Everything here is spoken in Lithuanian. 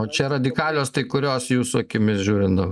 o čia radikalios tai kurios jūsų akimis žiūrint